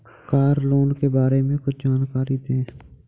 Car loan के बारे में कुछ जानकारी दें?